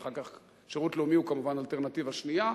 ואחר כך שירות לאומי הוא כמובן אלטרנטיבה שנייה.